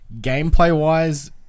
Gameplay-wise